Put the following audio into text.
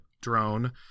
drone